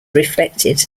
reflected